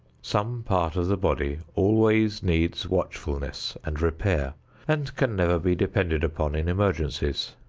some part of the body always needs watchfulness and repair and can never be depended upon in emergencies.